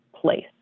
place